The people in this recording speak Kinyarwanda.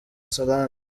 solange